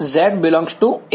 z ∈ A